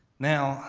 now,